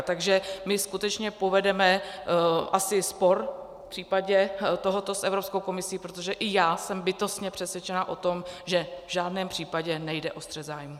Takže my skutečně povedeme asi spor v případě tohoto s Evropskou komisí, protože i já jsem bytostně přesvědčena o tom, že v žádném případě nejde o střet zájmů.